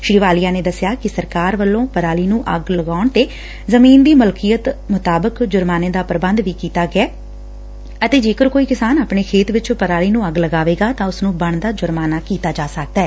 ਡਾ ਵਾਲੀਆ ਨੇ ਦੱਸਿਆ ਕਿ ਸਰਕਾਰ ਵੱਲੋਂ ਪਰਾਲੀ ਨੂੰ ਅੱਗ ਲਗਾਉਣ ਤੇ ਜ਼ਮੀਨ ਦੀ ਮਲਕੀਅਤ ਅਨੁਸਾਰ ਜੁਰਮਾਨੇ ਦਾ ਪੁਬੰਧ ਵੀ ਕੀਤਾ ਗਿਐ ਅਤੇ ਜੇਕਰ ਕੋਈ ਕਿਸਾਨ ਆਪਣੇ ਖੇਤ ਵਿੱਚ ਪਰਾਲੀ ਨੂੰ ਅੱਗ ਲਗਾਵੇਗਾ ਤਾਂ ਉਸ ਨੂੰ ਬਣਦਾ ਜੁਰਮਾਨਾਂ ਕੀਤਾ ਜਾ ਸਕਦੈ